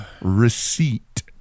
receipt